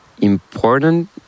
important